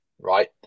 right